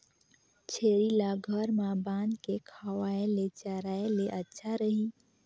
छेरी ल घर म बांध के खवाय ले चराय ले अच्छा रही?